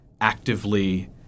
actively